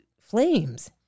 flames